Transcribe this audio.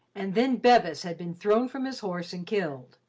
and then bevis had been thrown from his horse and killed,